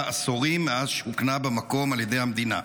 עשורים מאז שוכנה במקום על ידי המדינה.